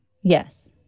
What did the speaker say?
Yes